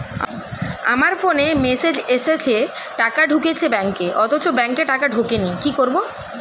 আমার ফোনে মেসেজ এসেছে টাকা ঢুকেছে ব্যাঙ্কে অথচ ব্যাংকে টাকা ঢোকেনি কি করবো?